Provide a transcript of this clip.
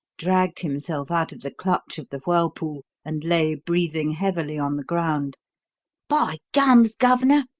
dragged himself out of the clutch of the whirlpool and lay breathing heavily on the ground by gums, gov'nor,